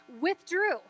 withdrew